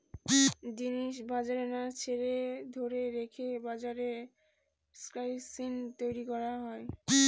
জিনিস বাজারে না ছেড়ে ধরে রেখে বাজারে ক্রাইসিস তৈরী করা হয়